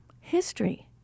History